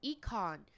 econ